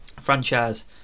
franchise